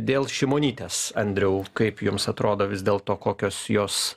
dėl šimonytės andriau kaip jums atrodo vis dėlto kokios jos